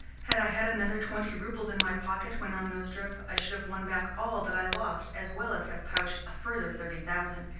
had i had another twenty roubles in my pocket, went on nozdrev, i should have won back all that i lost, as well as have pouched a further thirty thousand.